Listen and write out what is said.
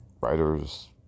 writers